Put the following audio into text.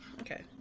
Okay